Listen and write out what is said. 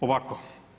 Ovako.